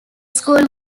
school